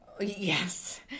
Yes